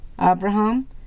Abraham